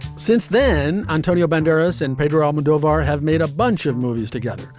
since then, antonio banderas and pedro almodovar have made a bunch of movies together.